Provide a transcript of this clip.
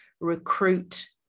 recruit